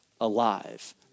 alive